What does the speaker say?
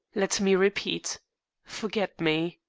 let me repeat forget me.